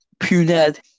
punad